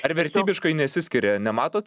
ar vertybiškai nesiskiria nematot